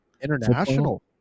international